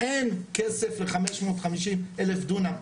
אין כסף ל-550,000 דונם,